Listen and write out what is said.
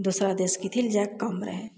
दोसरा देश कथी लए जाइके काम रहय